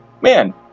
man